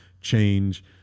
change